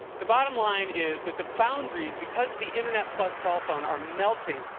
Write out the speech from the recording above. the bottom line is that the boundaries, because of the internet plus cell phone, are melting.